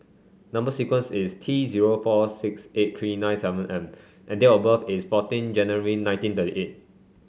number sequence is T zero four six eight three nine seven M and date of birth is fourteen January nineteen thirty eight